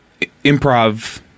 improv